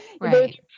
Right